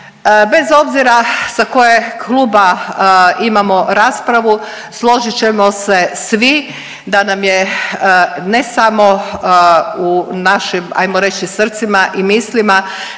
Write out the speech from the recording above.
Bez obzira sa kojeg kluba imamo raspravu složit ćemo se svi da nam je ne samo u našim ajmo reći srcima i mislima